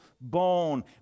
bone